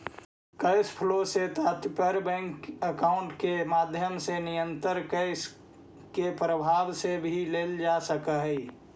cash flow से तात्पर्य bank account के माध्यम से निरंतर कैश के प्रवाह से भी लेल जा सकऽ हई